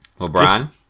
LeBron